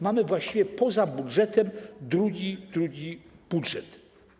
Mamy właściwie poza budżetem drugi budżet.